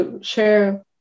share